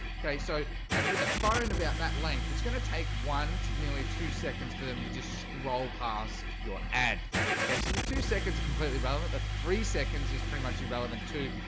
okay, so and with the phone about that length it's gonna take one to nearly two seconds for them to just scroll past your ad okay. so the two seconds are completely relevant. the three seconds is pretty much irrelevant too,